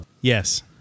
Yes